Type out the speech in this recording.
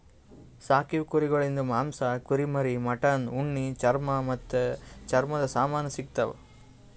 ಸಾಕೀವು ಕುರಿಗೊಳಿಂದ್ ಮಾಂಸ, ಕುರಿಮರಿ, ಮಟನ್, ಉಣ್ಣಿ, ಚರ್ಮ ಮತ್ತ್ ಚರ್ಮ ಸಾಮಾನಿ ಸಿಗತಾವ್